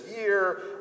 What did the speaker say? year